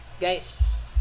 guys